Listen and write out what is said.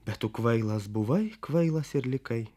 bet tu kvailas buvai kvailas ir likai